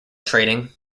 trading